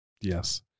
Yes